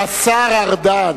השר ארדן,